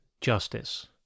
justice